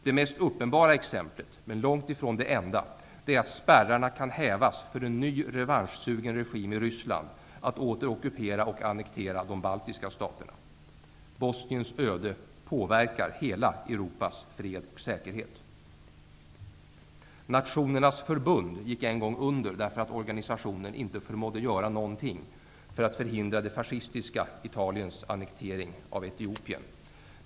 Det mest uppenbara exemplet, men långt ifrån det enda, är att spärrarna kan hävas för en ny revanschsugen regim i Ryssland att åter ockupera och annektera de baltiska staterna. Bosniens öde påverkar hela Europas fred och säkerhet. Nationernas förbund gick en gång under därför att organisationen inte förmådde göra någonting för att förhindra det fascistiska Italiens annektering av Etiopien.